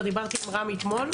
כבר דיברתי עם רם אתמול,